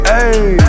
Hey